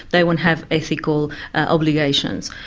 they won't have ethical obligations.